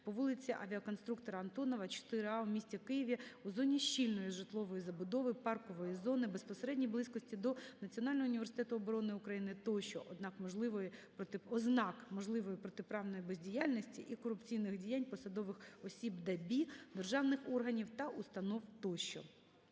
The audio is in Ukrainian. по вулиці Авіаконструктора Антонова, 4-а у місті Києві у зоні щільної житлової забудови, паркової зони, безпосередній близькості до Національного Університету оборони України тощо ознак можливо протиправної бездіяльності і корупційних діянь посадових осіб ДАБІ, державних органів і установ тощо.